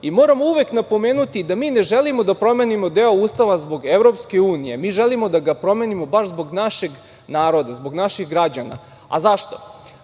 bitno. Moramo uvek napomenuti da mi ne želimo da promenimo deo Ustava zbog Evropske unije, mi želimo da ga promenimo baš zbog našeg naroda, zbog naših građana. Zašto?